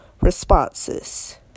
responses